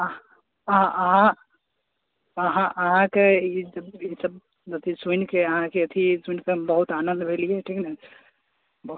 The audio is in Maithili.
हँ अहाँ अहाँ अहाँके ई सभ ई सभ अथी सुनिके अहाँके अथी सुनिके हम बहुत आनन्द भेलियै ठीक ने ब